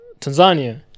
Tanzania